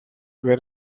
were